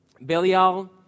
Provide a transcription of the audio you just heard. Belial